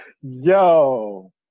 Yo